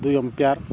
ଦୁଇ ଅମ୍ପେୟାର୍